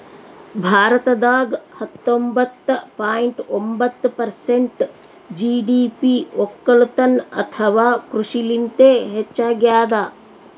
ಭಾರತದಾಗ್ ಹತ್ತೊಂಬತ್ತ ಪಾಯಿಂಟ್ ಒಂಬತ್ತ್ ಪರ್ಸೆಂಟ್ ಜಿ.ಡಿ.ಪಿ ವಕ್ಕಲತನ್ ಅಥವಾ ಕೃಷಿಲಿಂತೆ ಹೆಚ್ಚಾಗ್ಯಾದ